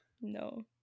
no